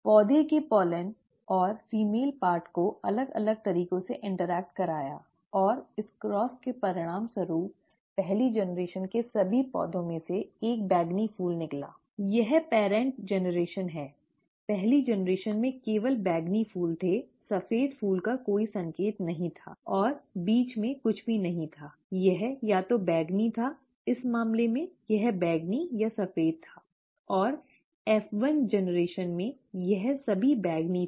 पौधे के पराग और मादा भाग को अलग अलग तरीकों से इंटरेक्ट कराया और इस क्रॉस के परिणामस्वरूप पहली पीढ़ी के सभी पौधों में एक बैंगनी फूल निकला यह पेरेंट पीढ़ी है पहली पीढ़ी में केवल बैंगनी फूल थे सफेद फूल का कोई संकेत नहीं था और बीच में कुछ भी नहीं था यह या तो बैंगनी था इस मामले में यह बैंगनी या सफेद था और F1 पीढ़ी में यह सभी बैंगनी था